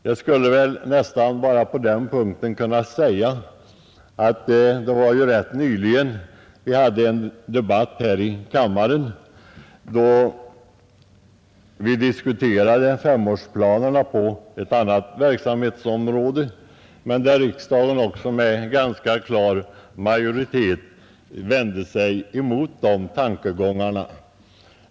Det räcker med att tala om att vi ganska nyligen hade en debatt här i kammaren då vi diskuterade femårsplanerna på ett annat verksamhetsområde, men då riksdagen med ganska klar majoritet vände sig emot dessa tankegångar.